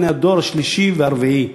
בני הדור השלישי והרביעי.